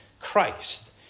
Christ